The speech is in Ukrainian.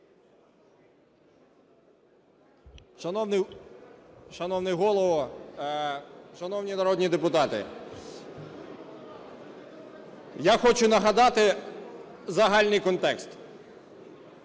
Шановний Голово, шановні народні депутати, я хочу нагадати загальний контекст,